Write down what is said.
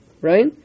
Right